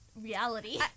reality